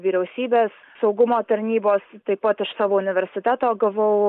vyriausybės saugumo tarnybos taip pat iš savo universiteto gavau